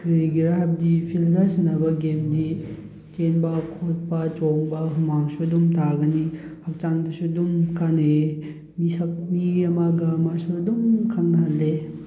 ꯀꯔꯤꯒꯤꯔꯥ ꯍꯥꯏꯕꯗꯤ ꯐꯤꯜꯗ ꯁꯥꯟꯅꯕ ꯒꯦꯝꯗꯤ ꯆꯦꯟꯕ ꯈꯣꯠꯄ ꯆꯣꯡꯕ ꯍꯨꯃꯥꯡꯁꯨ ꯑꯗꯨꯝ ꯇꯥꯒꯅꯤ ꯍꯛꯆꯥꯡꯗꯁꯨ ꯑꯗꯨꯝ ꯀꯥꯟꯅꯩꯌꯦ ꯃꯤꯁꯛ ꯃꯤ ꯑꯃꯒ ꯃꯥꯁꯨ ꯑꯗꯨꯝ ꯈꯪꯅꯍꯜꯂꯦ